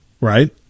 Right